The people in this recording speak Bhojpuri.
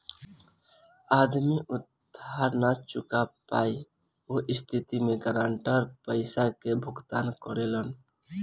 आदमी उधार ना चूका पायी ओह स्थिति में गारंटर पइसा के भुगतान करेलन